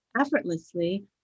effortlessly